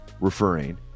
referring